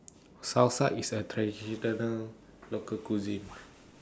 Salsa IS A Traditional Local Cuisine